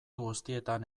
guztietan